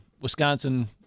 Wisconsin